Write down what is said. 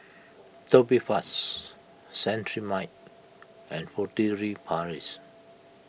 Tubifast Cetrimide and Furtere Paris